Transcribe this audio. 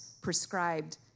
prescribed